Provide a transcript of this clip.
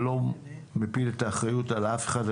אני לא מפיל את האחריות על אף אחד,